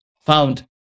found